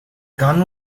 gun